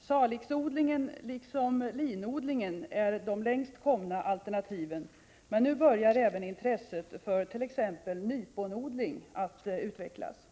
Salixodlingen liksom linodlingen är de längst komna alternativen, men nu börjar även intresset för t.ex. nyponodling att utvecklas.